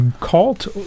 cult